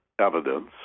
evidence